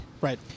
right